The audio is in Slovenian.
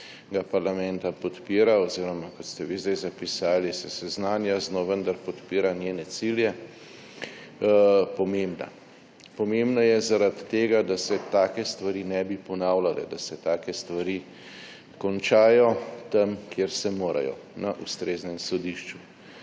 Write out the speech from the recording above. parlamenta podpira, oziroma kot ste vi sedaj zapisali se seznanja z njo, vendar podpira njene cilje, pomembna. Pomembna je zaradi tega, da se take stvari ne bi ponavljale, da se take stvari končajo tam, kjer se morajo – na ustreznem sodišču.